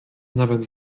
nawet